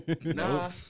Nah